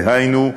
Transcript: דהיינו,